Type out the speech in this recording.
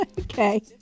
Okay